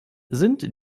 sind